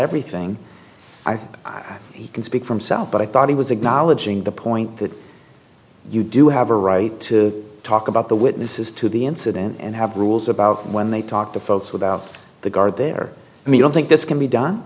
everything i can speak from self but i thought he was acknowledging the point that you do have a right to talk about the witnesses to the incident and have rules about when they talk to folks without the guard there and we don't think this can be done